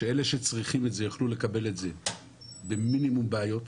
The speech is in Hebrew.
שאלה שצריכים את זה יוכלו לקבל את זה במינימום בעיות,